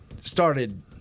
started